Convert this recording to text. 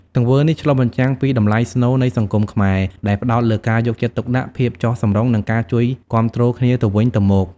ទង្វើនេះឆ្លុះបញ្ចាំងពីតម្លៃស្នូលនៃសង្គមខ្មែរ ដែលផ្ដោតលើការយកចិត្តទុកដាក់ ភាពចុះសម្រុង និងការជួយគាំទ្រគ្នាទៅវិញទៅមក។